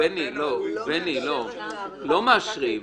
בני, לא מאשרים.